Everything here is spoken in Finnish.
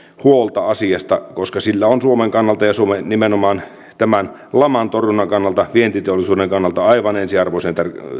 huolta asiasta koska sillä on suomen kannalta ja nimenomaan tämän laman torjunnan kannalta ja vientiteollisuuden kannalta aivan ensiarvoisen